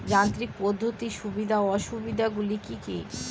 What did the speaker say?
যান্ত্রিক পদ্ধতির সুবিধা ও অসুবিধা গুলি কি কি?